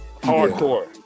hardcore